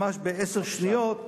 ממש בעשר שניות,